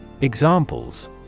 Examples